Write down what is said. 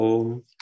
Om